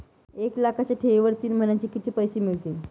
एक लाखाच्या ठेवीवर तीन महिन्यांनी किती पैसे मिळतील?